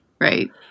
right